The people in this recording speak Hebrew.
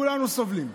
כולנו סובלים.